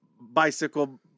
bicycle